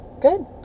Good